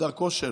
בדרכו שלו,